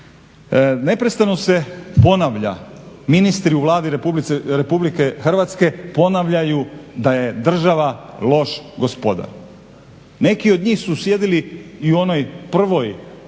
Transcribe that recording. Neprestano se ponavlja ministri u Vladi Republike Hrvatske ponavljaju da je država loš gospodar. Neki od njih su sjedili i u onoj prvoj